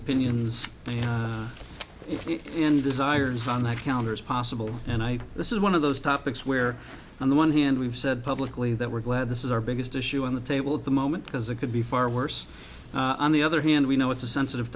opinions and desires on that counter as possible and i this is one of those topics where on the one hand we've said publicly that we're glad this is our biggest issue on the table at the moment because it could be far worse on the other hand we know it's a sensitive